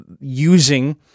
using